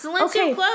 Okay